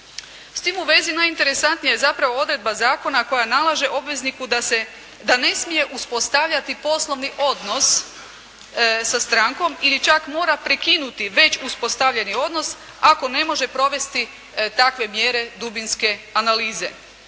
S tim u vezi najinteresantnija je zapravo odredba zakona koja nalaže obvezniku da ne smije uspostavljati poslovni odnos sa strankom, ili čak mora prekinuti već uspostavljeni odnos ako ne može provesti takve mjere dubinske analize.